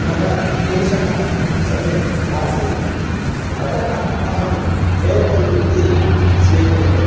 मम केशः सम्यक् नासीत् अतः अहं हेर्जेल् इति स्वीकृतं